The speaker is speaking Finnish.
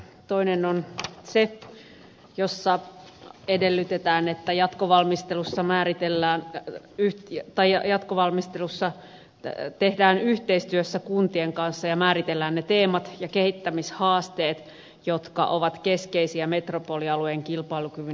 toinen on se jossa edellytetään että jatkovalmistelussa yhteistyössä kuntien kanssa määritellään ne teemat ja kehittämishaasteet jotka ovat keskeisiä metropolialueen kilpailukyvyn edistämisessä